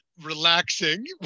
relaxing